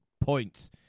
points